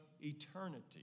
eternity